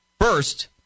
First